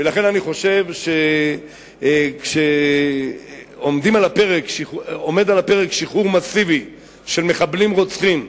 ולכן אני חושב שכאשר עומד על הפרק שחרור מסיבי של מחבלים רוצחים,